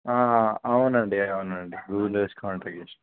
అవునండి అవునండి గూగుల్ చూసి కాంటాక్ట్ చేశాను